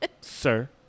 sir